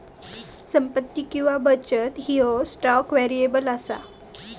संपत्ती किंवा बचत ह्यो स्टॉक व्हेरिएबल असा